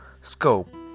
scope